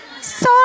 Sorry